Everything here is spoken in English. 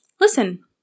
listen